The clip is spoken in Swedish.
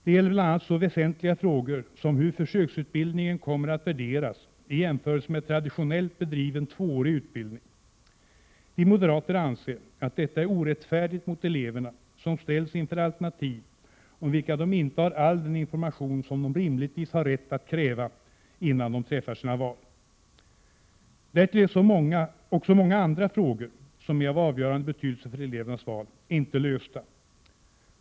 Det gäller bl.a. så väsentliga frågor som hur försöksutbildningen kommer att värderas i jämförelse med traditionellt bedriven tvåårig utbildning. Vi moderater anser att detta är orättfärdigt mot eleverna, som ställs inför alternativ om vilka de inte har all den information som de rimligen har rätt att kräva innan de träffar sina val. Därtill är också många andra frågor som är av avgörande betydelse för elevernas val inte lösta.